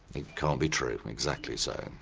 it can't be true, exactly so.